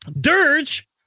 Dirge